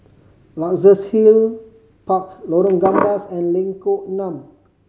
Luxus Hill Park Lorong Gambas and Lengkok Enam